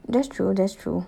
that's true that's true